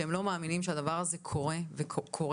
שהם לא מאמינים שהדבר הזה קורה היום.